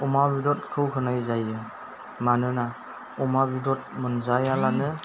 अमा बेदरखौ होनाय जायो मानोना अमा बेदर मोनजायाब्लानो